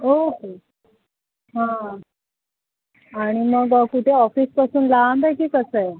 okay हां आणि मग कुठे ऑफिसपासून लांब आहे की कसं आहे